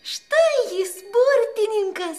štai jis burtininkas